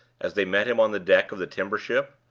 as they met him on the deck of the timber-ship.